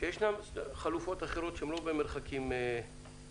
שיש חלופות אחרות שהן לא במרחקים גדולים.